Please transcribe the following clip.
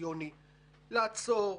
הקואליציוני לעצור,